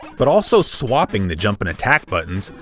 but also swapping the jump and attack buttons,